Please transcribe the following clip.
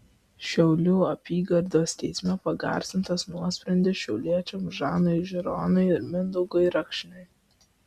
šiaulių apygardos teisme pagarsintas nuosprendis šiauliečiams žanui žironui ir mindaugui rakšniui